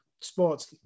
sports